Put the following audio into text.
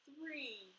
three